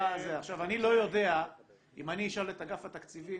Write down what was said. עכשיו אני לא יודע, אם אני אשאל את אגף התקציבים,